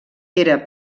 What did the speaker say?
era